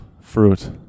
fruit